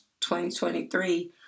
2023